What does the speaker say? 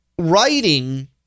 Writing